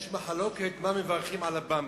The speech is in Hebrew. יש מחלוקת מה מברכים על "במבה",